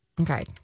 Okay